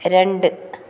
രണ്ട്